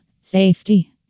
Safety